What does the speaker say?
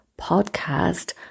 podcast